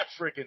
freaking